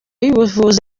y’ubuvuzi